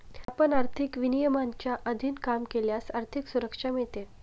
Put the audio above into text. आपण आर्थिक विनियमांच्या अधीन काम केल्यास आर्थिक सुरक्षा मिळते